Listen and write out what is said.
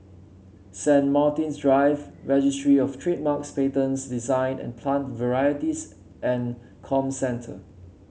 Saint Martin's Drive Registry Of Trademarks Patents Design and Plant Varieties and Comcentre